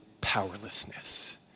powerlessness